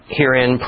herein